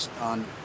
on